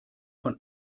von